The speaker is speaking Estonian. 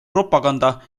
propaganda